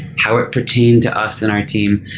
how it pertained to us and our team.